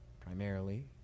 primarily